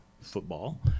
football